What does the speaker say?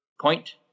point